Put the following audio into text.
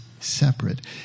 separate